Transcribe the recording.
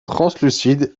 translucides